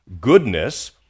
goodness